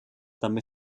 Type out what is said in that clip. també